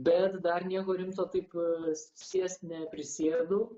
bet dar nieko rimto taip vis sėst neprisėdu